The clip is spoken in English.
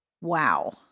Wow